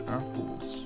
apples